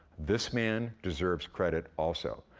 this man deserves credit, also.